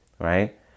right